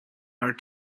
are